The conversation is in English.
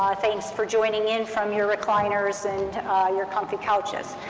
ah thanks for joining in from your recliners and your comfy couches.